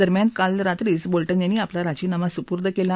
दरम्यान काळ रात्रीच बोलटन यांनी आपला राजीनामा सुपूर्द केला